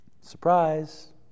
Surprise